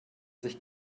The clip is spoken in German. sich